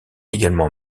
également